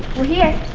we're here.